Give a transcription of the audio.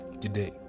today